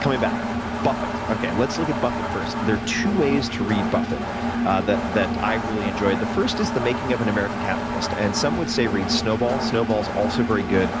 coming back, buffett. let's look at buffett first. there are two ways to read buffett that that i really enjoyed. the first is the making of an american capitalist. and some would say read snowball. snowball is also very good.